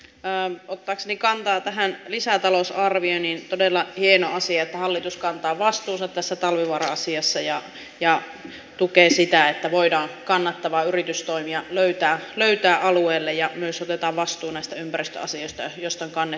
on ottaakseni kantaa tähän lisäta lousarvioon todella hieno asia että hallitus kantaa vastuunsa tässä talvivaara asiassa ja tukee sitä että voidaan kannattavia yritystoimia löytää alueelle ja myös otetaan vastuu näistä ympäristöasioista joista on kannettu huolta